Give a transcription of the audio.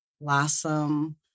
blossom